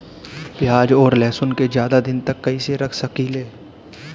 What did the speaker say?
प्याज और लहसुन के ज्यादा दिन तक कइसे रख सकिले?